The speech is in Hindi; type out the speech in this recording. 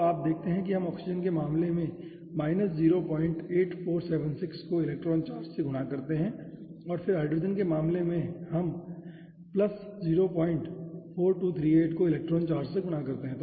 तो आप देखते हैं कि हम ऑक्सीजन के मामले में 08476 को इलेक्ट्रॉन चार्ज से गुणा करते हैं और फिर हाइड्रोजन के मामले में हम 04238 को इलेक्ट्रॉन चार्ज से गुणा करते हैं